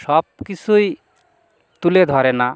সব কিছুই তুলে ধরে না